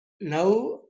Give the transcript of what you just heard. Now